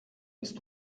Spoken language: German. ist